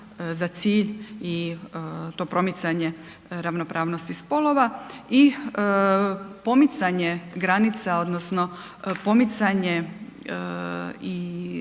za cilj i to promicanje ravnopravnosti spolova i pomicanje granica odnosno pomicanje i